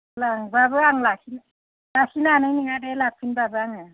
लांबाबो आं लाखिनो लाखिनो हानाय नङा दे लाबोफिनबाबो आङो